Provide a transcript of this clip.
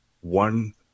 one